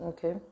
Okay